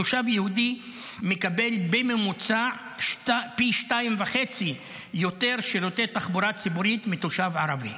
תושב יהודי מקבל בממוצע פי 2.5 יותר שירותי תחבורה ציבורית מתושב ערבי.